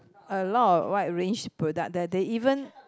a lot of wide range product the they even